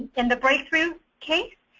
and the breakthrough, okay,